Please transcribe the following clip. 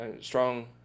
strong